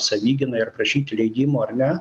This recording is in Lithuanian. savigynai ar prašyti leidimo ar ne